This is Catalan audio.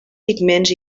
pigments